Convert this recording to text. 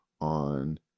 on